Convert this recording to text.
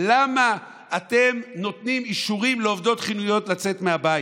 למה אתם נותנים אישורים לעובדות חיוניות לצאת מהבית?